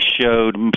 showed